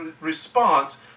response